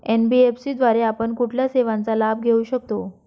NBFC द्वारे आपण कुठल्या सेवांचा लाभ घेऊ शकतो?